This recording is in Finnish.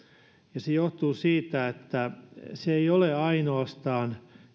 se johtuu siitä että se ei ole enää ainoastaan